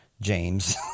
James